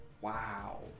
Wow